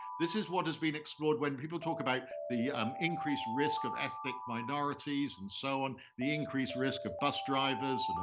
this is what has been explored when people talk about the um increased risk of ethnic minorities and so on, the increased risk of bus drivers, and